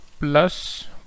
plus